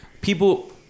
people